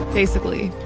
basically.